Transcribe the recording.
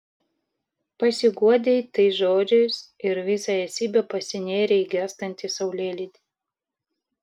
pasiguodei tais žodžiais ir visa esybe pasinėrei į gęstantį saulėlydį